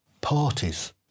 parties